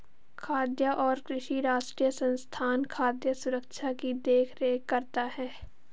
खाद्य और कृषि राष्ट्रीय संस्थान खाद्य सुरक्षा की देख रेख करता है